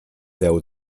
deu